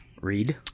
read